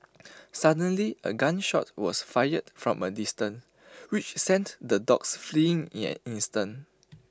suddenly A gun shot was fired from A distance which sent the dogs fleeing in an instant